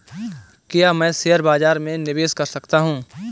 क्या मैं शेयर बाज़ार में निवेश कर सकता हूँ?